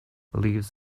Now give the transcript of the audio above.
lives